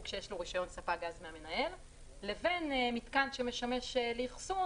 שיש לו רישיון ספק גז מהמנהל לבין מתקן שמשמש לאחסון